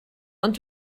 ond